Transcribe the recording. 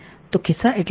તો ખિસ્સા એટલે શું